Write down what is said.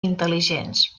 intel·ligents